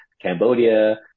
Cambodia